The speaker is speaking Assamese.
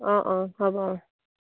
অ' অ' হ'ব অ'